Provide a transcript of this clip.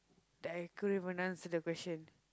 that I couldn't pronounce the question